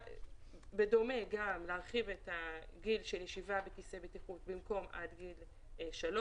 בדומה להרחיב את גיל הישיבה בכיסא בטיחות במקום עד גיל 3,